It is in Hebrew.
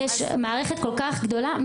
יש מערכת כל כך גדולה.